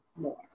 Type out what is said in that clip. more